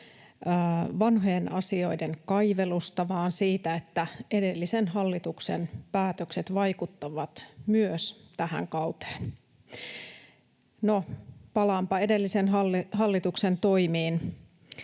vanhojen asioiden kaivelusta vaan siitä, että edellisen hallituksen päätökset vaikuttavat myös tähän kauteen. No, palaanpa edellisen hallituksen toimiin